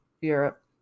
Europe